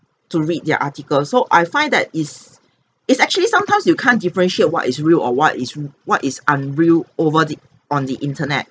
to read the article so I find that is it's actually sometimes you can't differentiate what is real or what is w~ what is unreal over the on the internet